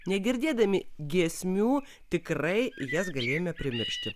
negirdėdami giesmių tikrai jas galėjome primiršti